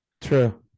True